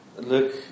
Look